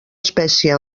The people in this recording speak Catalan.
espècie